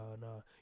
no